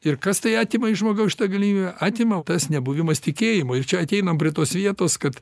ir kas tai atima iš žmogaus šitą galimybę atima tas nebuvimas tikėjimo ir čia ateinam prie tos vietos kad